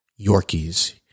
Yorkies